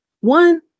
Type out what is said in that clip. One